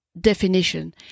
definition